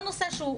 כל נושא שהוא,